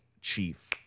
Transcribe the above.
chief